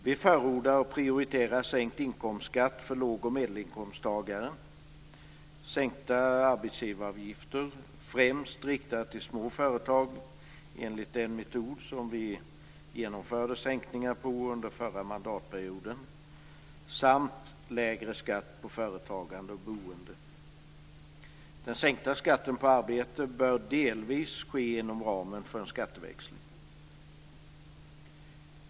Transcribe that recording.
Vi förordar och prioriterar sänkt inkomstskatt för låg och medelinkomsttagare, sänkta arbetsgivaravgifter, främst riktade till små företag, enligt den metod som vi använde när vi genomförde sänkningar under förra mandatperioden, samt lägre skatt på företagande och boende. Den sänkta skatten på arbete bör delvis ske inom ramen för en skatteväxling.